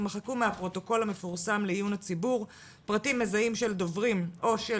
יימחקו מהפרוטוקול המפורסם לעיון הציבור פרטים מזהים של דוברים או של